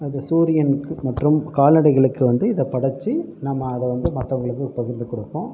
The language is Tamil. அது சூரியனுக்கு மற்றும் கால்நடைகளுக்கு வந்து இதை படைச்சு நம்ம அதை வந்து மற்றவங்களுக்கு பகிர்ந்து கொடுப்போம்